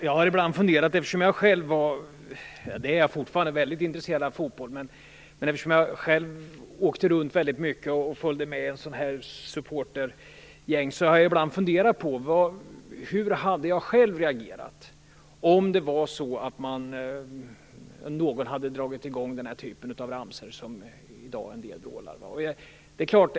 Fru talman! Eftersom jag själv var, och fortfarande är, väldigt intresserad av fotboll och åkte runt väldigt mycket med sådana här supportergäng har jag ibland funderat över hur jag själv skulle ha reagerat om någon hade dragit i gång den typ av ramsor som en del vrålar i dag.